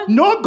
no